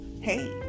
hey